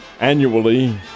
annually